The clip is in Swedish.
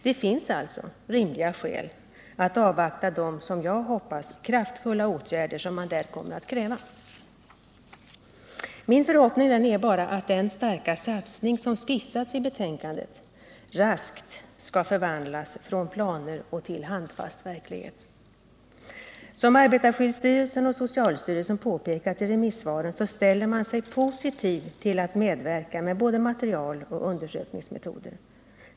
Det finns alltså rimliga skäl att avvakta de — som jag hoppas — kraftfulla åtgärder som man där kommer att kräva. Min förhoppning är bara att den starka satsning som skissats i betänkandet raskt skall förvandlas från planer till handfast verklighet. Som arbetarskyddsstyrelsen och socialstyrelsen påpekat i remissvaren ställer man sig positiv till att medverka med både material och undersökningsmetoder.